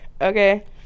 okay